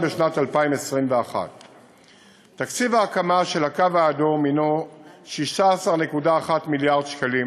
בשנת 2021. תקציב ההקמה של הקו האדום הוא 16.1 מיליארד שקלים.